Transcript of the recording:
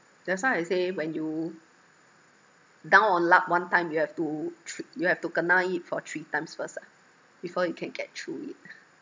that's why I say when you down on luck one time you have to thr~ you have to kena it for three times first ah before you can get through it